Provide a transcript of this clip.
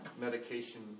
medication